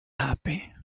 happy